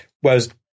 Whereas